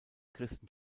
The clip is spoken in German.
christen